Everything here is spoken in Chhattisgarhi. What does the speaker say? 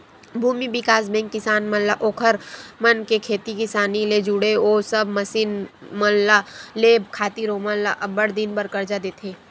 भूमि बिकास बेंक किसान मन ला ओखर मन के खेती किसानी ले जुड़े ओ सब मसीन मन ल लेय खातिर ओमन ल अब्बड़ दिन बर करजा देथे